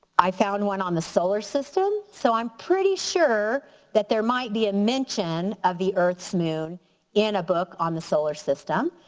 i found one on the solar system so i'm pretty sure that there might be a mention of the earth's moon in a book on the solar system,